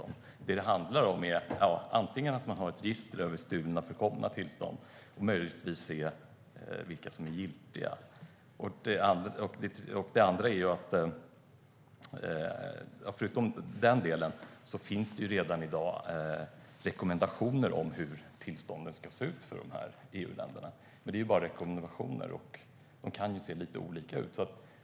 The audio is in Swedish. Vad det handlar om är att man skulle kunna ha ett register över stulna och förkomna tillstånd och möjligtvis tillstånd som är giltiga. Därutöver finns det redan i dag rekommendationer om hur tillstånden ska se ut i EU-länderna. Men det är bara rekommendationer, och de kan ju se lite olika ut.